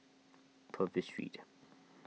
Purvis Street